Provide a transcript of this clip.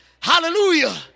Hallelujah